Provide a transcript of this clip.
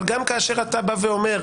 אבל גם כאשר אתה בא ואומר,